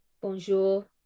Bonjour